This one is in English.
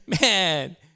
man